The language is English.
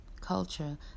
culture